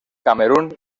camerún